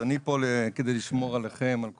אז אני פה כדי לשמור עליכם, על כולכם.